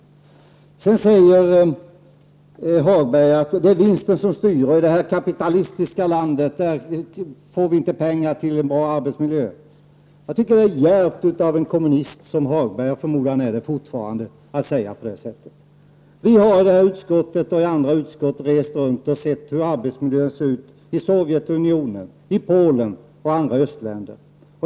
Hagberg säger också att det är vinsten som styr och att vi i det här kapitalistiska landet inte får pengar till en bra arbetsmiljö. Jag tycker att det är djärvt av en kommunist som Hagberg -- jag förmodar att han är kommunist fortfarande -- att säga på det sättet. Vi har i det här utskottet och i andra utskott rest runt och sett hur arbetsmiljön ser ut i Sovjetunionen, i Polen och i andra östländer.